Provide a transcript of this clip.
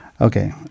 Okay